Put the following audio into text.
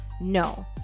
No